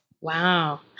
wow